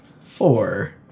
Four